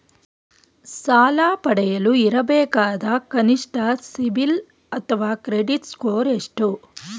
ಸಾಲ ಪಡೆಯಲು ಇರಬೇಕಾದ ಕನಿಷ್ಠ ಸಿಬಿಲ್ ಅಥವಾ ಕ್ರೆಡಿಟ್ ಸ್ಕೋರ್ ಎಷ್ಟು?